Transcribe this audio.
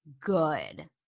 good